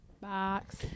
Box